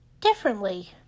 differently